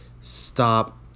stop